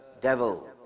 devil